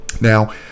Now